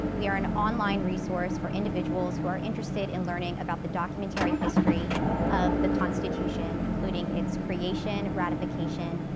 we are an online resource for individuals who are interested in learning about the documentary history of the constitution including its creation, ratification,